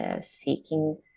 seeking